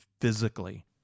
physically